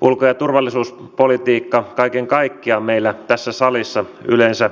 ulko ja turvallisuuspolitiikka kaiken kaikkiaan meillä tässä salissa yleensä